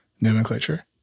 nomenclature